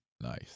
Nice